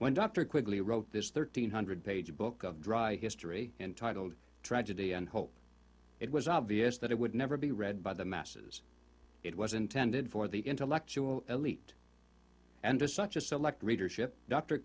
when dr quickly wrote this thirteen hundred page book of dry history entitled tragedy and hope it was obvious that it would never be read by the masses it was intended for the intellectual elite and to such a select readership d